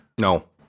no